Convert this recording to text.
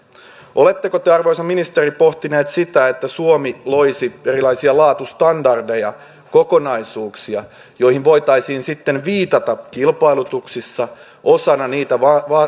oletteko te arvoisa ministeri pohtinut sitä että suomi loisi erilaisia laatustandardeja kokonaisuuksia joihin voitaisiin sitten viitata kilpailutuksissa osana niitä